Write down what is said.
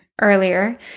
earlier